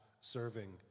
serving